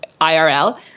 IRL